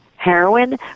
heroin